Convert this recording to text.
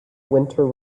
winter